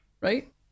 right